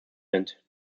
sind